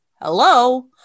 Hello